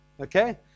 okay